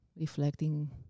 reflecting